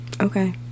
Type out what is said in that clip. Okay